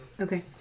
Okay